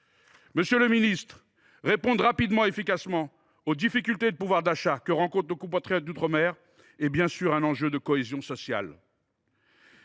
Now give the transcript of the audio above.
notre pays. Répondre rapidement et efficacement aux difficultés de pouvoir d’achat que rencontrent nos compatriotes d’outre mer est bien sûr un enjeu de cohésion sociale.